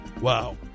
Wow